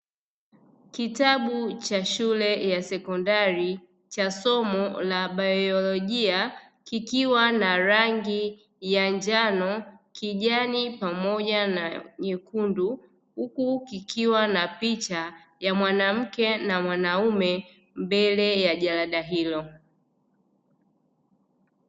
Kitabu cha shule ya sekondari cha somo la baiolojia kikiwa na rangi ya njano, kijani pamoja na nyekundu. Huku kikiwa na picha ya mwanamke na mwanaume mbele ya jalada hilo.